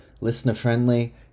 listener-friendly